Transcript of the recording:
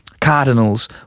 Cardinals